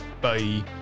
Bye